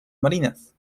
marinas